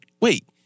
wait